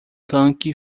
tanque